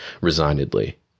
resignedly